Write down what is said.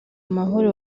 amahoro